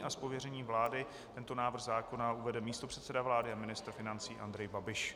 Z pověření vlády tento návrh zákona uvede místopředseda vlády a ministr financí Andrej Babiš.